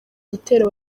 gitero